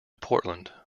portland